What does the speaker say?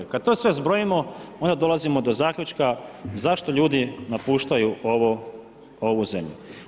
Kada to sve zbrojimo onda dolazimo do zaključka zašto ljudi napuštaju ovu zemlju.